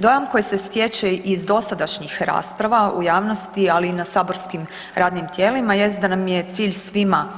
Dojam koji se stječe iz dosadašnjih rasprava u javnosti, ali i na saborskim radnim tijelima jest da nam je cilj svima